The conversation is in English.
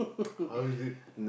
how is it